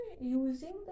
Using